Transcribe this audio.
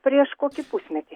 prieš kokį pusmetį